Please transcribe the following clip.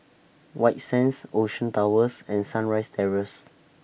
White Sands Ocean Towers and Sunrise Terrace